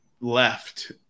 left